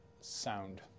sound